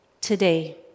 today